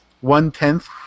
One-tenth